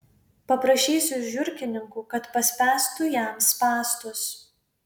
paprašysiu žiurkininkų kad paspęstų jam spąstus